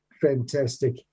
Fantastic